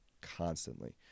constantly